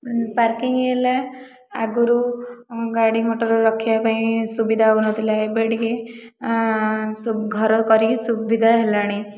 parking ହେଲା ଆଗରୁ ଗାଡ଼ି ମଟର ରଖିବା ପାଇଁ ସୁବିଧା ହେଉନଥିଲା ଏବେ ଟିକେ ଘର କରି ସୁବିଧା ହେଲାଣି